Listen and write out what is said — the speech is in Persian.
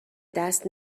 دست